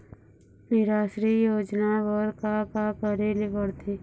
निराश्री योजना बर का का करे ले पड़ते?